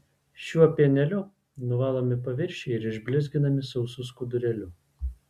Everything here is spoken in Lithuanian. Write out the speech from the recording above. šiuo pieneliu nuvalomi paviršiai ir išblizginami sausu skudurėliu